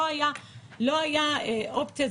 לא הייתה אופציה.